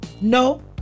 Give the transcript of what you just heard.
No